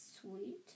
sweet